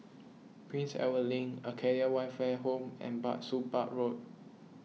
Prince Edward Link Acacia Welfare Home and Bah Soon Bah Road